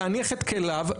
להניח את כליו,